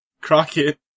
Crockett